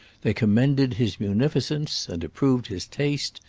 they commended his munificence and approved his taste,